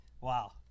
Wow